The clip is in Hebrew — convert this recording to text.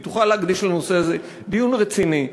היא תוכל להקדיש לנושא הזה דיון רציני.